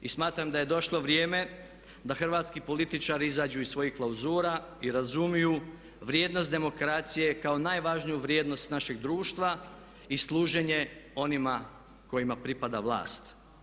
I smatram da je došlo vrijeme da hrvatski političari izađu iz svojih klauzura i razumiju vrijednost demokracije kao najvažniju vrijednost našeg društva i služenje onima kojima pripada vlast.